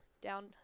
down